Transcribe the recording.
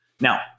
Now